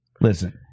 listen